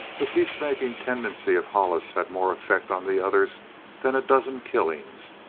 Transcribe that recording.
the peacemaking tendency of hollis had more effect on the others than a dozen killings.